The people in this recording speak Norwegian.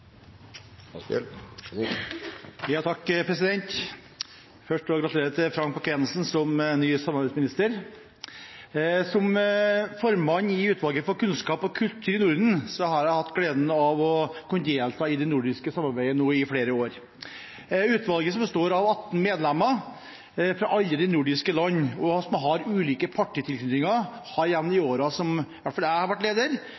Først vil jeg gratulere Frank Bakke-Jensen med stillingen som samordningsminister. Som formann i utvalget for kunnskap og kultur i Norden har jeg hatt gleden av å kunne delta i det nordiske samarbeidet i flere år. Utvalget, som består av 18 medlemmer fra alle de nordiske landene, med ulik partitilknytning, har, i hvert fall gjennom de årene som jeg har vært leder,